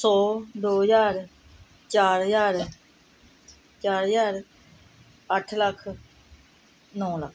ਸੌ ਦੋ ਹਜ਼ਾਰ ਚਾਰ ਹਜ਼ਾਰ ਚਾਰ ਹਜ਼ਾਰ ਅੱਠ ਲੱਖ ਨੌਂ ਲੱਖ